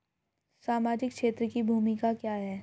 सामाजिक क्षेत्र की भूमिका क्या है?